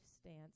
stance